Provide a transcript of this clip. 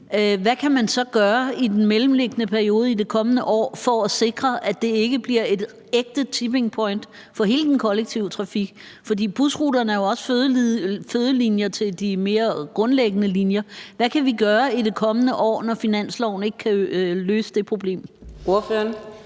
hvad kan man så gøre i den mellemliggende periode, i det kommende år, for at sikre, at det ikke bliver et ægte tipping point for hele den kollektive trafik? For busruterne er jo også fødelinjer til de mere grundlæggende linjer. Hvad kan vi gøre i det kommende år, når finansloven ikke kan løse det problem? Kl.